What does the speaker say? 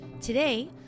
Today